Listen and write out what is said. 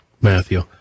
Matthew